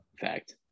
fact